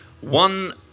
One